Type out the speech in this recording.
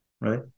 right